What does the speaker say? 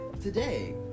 today